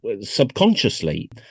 subconsciously